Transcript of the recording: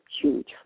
huge